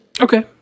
Okay